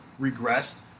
regressed